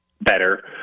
better